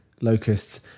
locusts